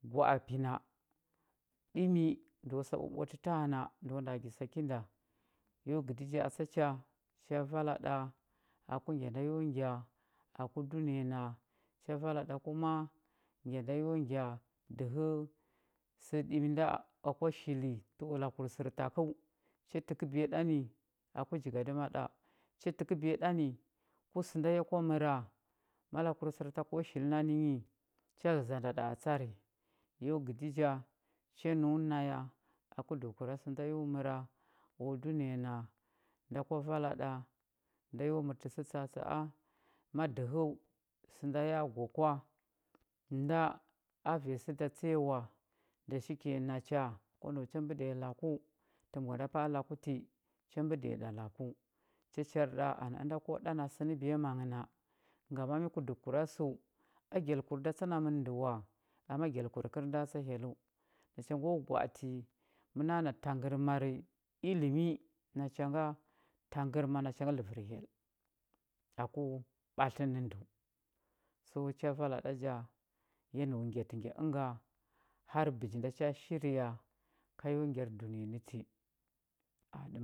Gwa a pi na ɗimi ndəo sa ɓwaɓwatə taana ndəoi nda gi a ki nda yo gədi ja tsa cha cha vala ɗa aku ngya na nda yo ngya cha vala ɗa kuma ngya nda yo ngya dəhə sə ɗimi nda kwa shilili təwa lakur sərtakəu cha təkəbiya ɗa ni aku jigadəma ɗa ha təkəbiya ni ku sə nda ya kwa məra ma lakur sərtakəo shili na nənyi cha ghəzanda ɗa a tsari yo gədi ja cha nəu na ya aku dəhəkura sə nda yo əra o dunəya na nda kwa vala ɗa nda yo mərtə sə tsa atsa a ma dəhə sə nda ya gwa kwa nda a vanya sə da tsa ya wa dashiki nacha kwa nau cha mbəɗiya laku tə mbwa nda pa a laku ti cha mbəɗiya ɗa laku cha char ɗa anə ənda ko ɗa na sə nə biyama nghə na ngama mya ku dəhəkura səu gyalkur da tsa namən də wa ama gyalkur kəl da tsa hyellə nacha ngo gwa ati məno na ənda tangərmar ilimi nacha nga tangərma nacha gə ləvər hyell aku ɓatlə nə də so cha vala lda ja ya nau ngyatə ngya ənga har bəji nda shirya ka yo ngyar dunəya nə ti ah,